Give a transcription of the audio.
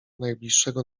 najbliższego